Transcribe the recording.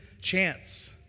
chance